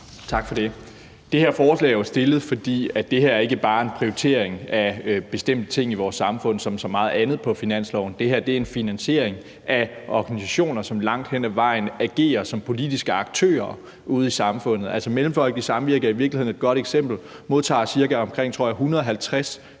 Tak for det. Det her forslag er jo fremsat, fordi det ikke bare handler om en prioritering af bestemte ting i vores samfund ligesom så meget andet på finansloven, men fordi det handler om en finansiering af organisationer, som langt hen ad vejen agerer som politiske aktører ude i samfundet. Mellemfolkeligt Samvirke, som i virkeligheden er et godt eksempel, modtager, tror jeg, omkring 150 mio.